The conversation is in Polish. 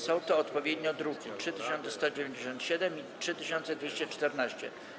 Są to odpowiednio druki nr 3197 i 3214.